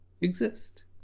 exist